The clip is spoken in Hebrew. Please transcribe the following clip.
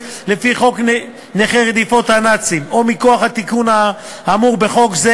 לפי חוק נכי רדיפות הנאצים או מכוח התיקון האמור בחוק זה,